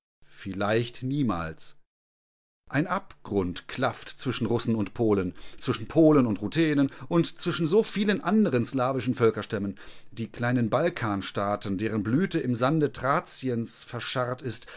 vielleicht niemals ein abgrund klafft zwischen russen und polen zwischen polen und ruthenen und zwischen so vielen anderen slavischen völkerstämmen die kleinen balkanstaaten deren blüte im sande thraciens verscharrt ist